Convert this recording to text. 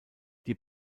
die